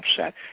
upset